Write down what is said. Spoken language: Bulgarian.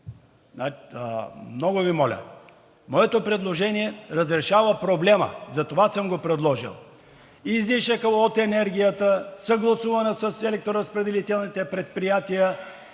Много Ви моля. Моето предложение разрешава проблема, за това съм го предложил: излишъкът от енергията, съгласувано с електроразпределителните предприятия,